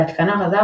ב"התקנה רזה",